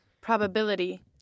Probability